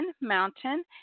Mountain